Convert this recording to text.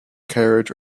carriage